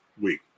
week